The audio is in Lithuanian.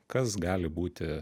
kas gali būti